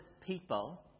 people